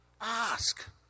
Ask